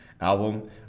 album